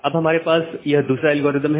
अब हमारे पास एक दूसरा एल्गोरिदम है